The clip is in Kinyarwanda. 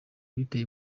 biteye